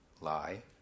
lie